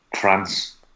France